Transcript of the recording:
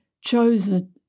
chosen